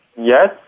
yes